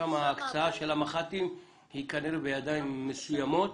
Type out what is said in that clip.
שם ההקצאה של המח"טים היא כנראה בידיים מסוימות